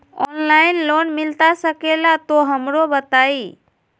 Online loan मिलता सके ला तो हमरो बताई?